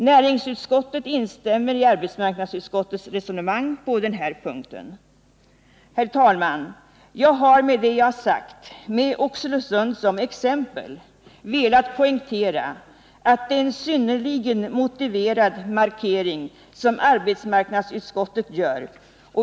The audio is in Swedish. Näringsutskottet instämmer i arbetsmarknadsutskottets resonemang på den här punkten. Herr talman! Jag har med det jag sagt, med Oxelösund som exempel, velat poängtera att det är en synnerligen motiverad markering som arbetsmarknadsutskottet gör.